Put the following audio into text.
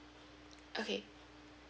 okay